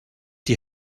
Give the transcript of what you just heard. die